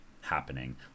happening